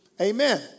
Amen